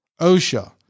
OSHA